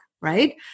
right